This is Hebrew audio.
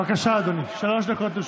בבקשה, שלוש דקות.